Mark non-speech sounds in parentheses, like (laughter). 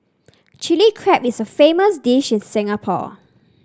(noise) Chilli Crab is a famous dish in Singapore